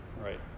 Right